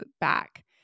back